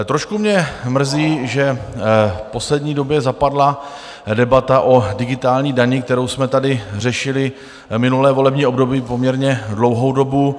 Trošku mě mrzí, že v poslední době zapadla debata o digitální dani, kterou jsme tady řešili minulé volební období poměrně dlouhou dobu.